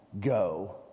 go